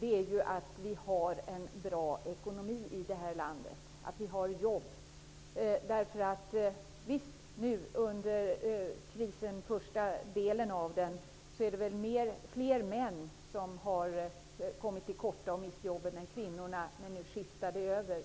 är att vi har jobb och en bra ekonomi i det här landet. Visserligen är det säkerligen under krisens första del fler män än kvinnor som kommit till korta och mist jobben, men nu skiftar det.